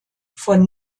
von